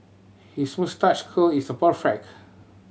his moustache curl is perfect